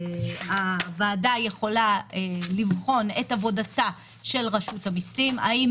הוועדה יכולה לבחון את עבודתה של רשות המיסים האם